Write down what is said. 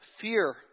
fear